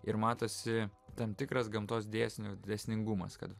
ir matosi tam tikras gamtos dėsnių dėsningumas kad